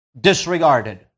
disregarded